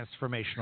transformational